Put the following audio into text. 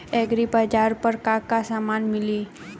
एग्रीबाजार पर का का समान मिली?